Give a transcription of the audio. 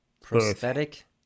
prosthetic